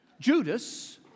Judas